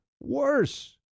worse